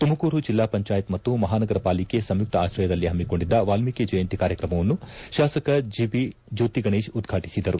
ತುಮಕೂರು ಜಿಲ್ಲಾ ಪಂಚಾಯತ್ ಮತ್ತು ಮಹಾನಗರ ಪಾಲಿಕೆ ಸಂಯುಕ್ತ ಆಶ್ರಯದಲ್ಲಿ ಹಮ್ಮಿಕೊಂಡಿದ್ದ ವಾಲ್ಷೀಕಿ ಜಯಂತಿ ಕಾರ್ಯಕ್ರಮವನ್ನು ಶಾಸಕ ಜಿ ಬಿ ಜ್ಯೋತಿಗಣೇಶ್ ಉದ್ವಾಟಿಸಿದರು